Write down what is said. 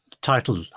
title